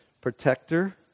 protector